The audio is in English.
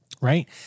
Right